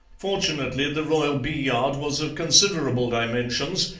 fortunately the royal bee-yard was of considerable dimensions,